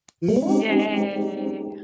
Yay